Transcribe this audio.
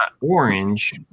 orange